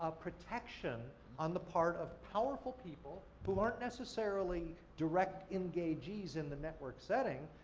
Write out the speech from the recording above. ah protection on the part of powerful people, who aren't necessarily direct engagees in the network setting,